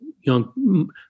young